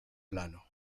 plano